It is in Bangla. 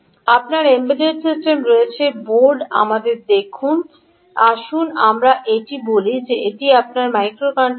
আপনার এম্বেডড সিস্টেম রয়েছে বোর্ডে আমাদের লিখুন আসুন আমরা এটি বলি যে এটি আপনার মাইক্রোকন্ট্রোলার